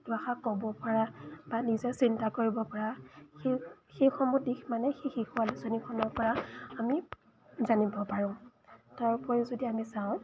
দুআষাৰ ক'বপৰা বা নিজে চিন্তা কৰিবপৰা সেই সেইসমূহ দিশ মানে সেই শিশু আলোচনীখনৰপৰা আমি জানিব পাৰোঁ তাৰ উপৰিও যদি আমি চাওঁ